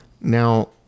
Now